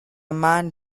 man